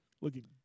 Looking